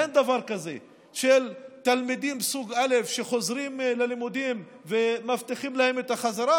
אין דבר כזה תלמידים מסוג א' שחוזרים ללימודים ומבטיחים להם את החזרה,